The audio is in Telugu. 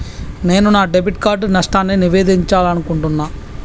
నేను నా డెబిట్ కార్డ్ నష్టాన్ని నివేదించాలనుకుంటున్నా